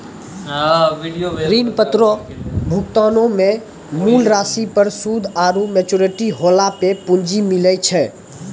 ऋण पत्र भुगतानो मे मूल राशि पर सूद आरु मेच्योरिटी होला पे पूंजी मिलै छै